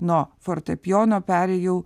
nuo fortepijono perėjau